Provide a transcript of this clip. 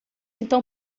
então